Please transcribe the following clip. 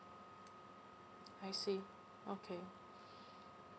I see okay